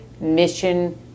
mission